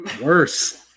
worse